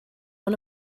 one